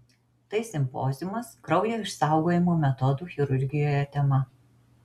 tai simpoziumas kraujo išsaugojimo metodų chirurgijoje tema